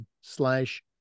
slash